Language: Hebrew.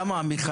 מיכאל מרדכי